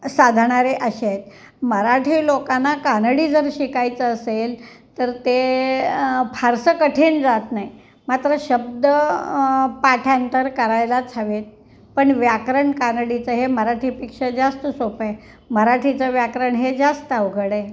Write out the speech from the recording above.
साधणारे असे आहेत मराठी लोकांना कानडी जर शिकायचं असेल तर ते फारसं कठीण जात नाही मात्र शब्द पाठांतर करायलाच हवे आहेत पण व्याकरण कानडीचं हे मराठीपेक्षा जास्त सोपं आहे मराठीचं व्याकरण हे जास्त अवघड आहे